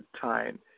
time